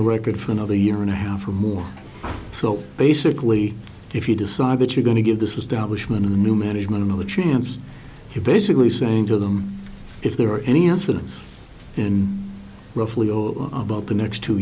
the record for another year and a half or more so basically if you decide that you're going to give this establishment a new management another chance you're basically saying to them if there were any incidents in roughly or about the next two